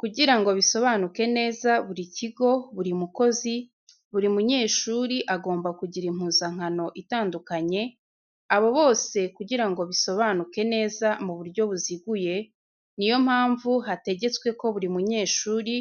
Kugira ngo bisobanuke neza buri kigo, buri mukozi, buri munyeshuri agomba kugira impuzankano itadukanya abo bose kugira ngo bisobanuke neza mu buryo buziguye, ni yo mpamvu hategetswe ko buri munyeshuri